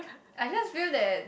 I just feel that